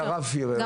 אפשר.